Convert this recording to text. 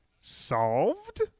solved